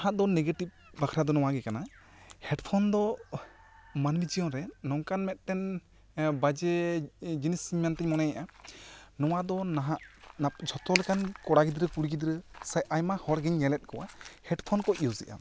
ᱱᱟᱦᱟᱜ ᱫᱚ ᱱᱮᱜᱮᱴᱤᱵᱽ ᱵᱟᱠᱷᱨᱟ ᱫᱚ ᱱᱚᱣᱟ ᱜᱮ ᱠᱟᱱᱟ ᱦᱮᱰᱯᱷᱚᱱ ᱫᱚ ᱢᱟᱹᱱᱢᱤ ᱡᱤᱭᱚᱱ ᱨᱮ ᱱᱚᱝᱠᱟ ᱢᱤᱫ ᱴᱮᱱ ᱵᱟᱡᱮ ᱡᱤᱱᱤᱥ ᱢᱮᱱ ᱛᱮᱧ ᱢᱚᱱᱮᱭᱮᱫᱼᱟ ᱱᱚᱦᱟ ᱫᱚ ᱱᱟᱦᱟᱜ ᱱᱟᱜ ᱡᱷᱚᱛᱚ ᱞᱮᱠᱟᱱ ᱠᱚᱲᱟ ᱜᱤᱫᱽᱨᱟᱹ ᱠᱩᱲᱤ ᱜᱤᱫᱽᱨᱟᱹ ᱥᱮ ᱟᱭᱢᱟ ᱦᱚᱲ ᱜᱮᱧ ᱧᱮᱞᱮᱫ ᱠᱚᱣᱟ ᱦᱮᱰᱯᱷᱚᱱ ᱠᱚ ᱭᱩᱡᱽ ᱮᱫᱟ